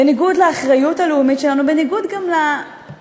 בניגוד לאחריות הלאומית שלנו, בניגוד גם למהות